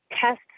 tests